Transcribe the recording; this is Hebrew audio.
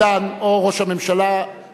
אבל אתם יכולים להדליק את המדורה גם ב-21:15,